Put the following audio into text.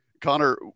Connor